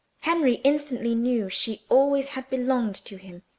henry instantly knew she always had belonged to him,